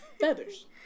Feathers